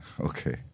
Okay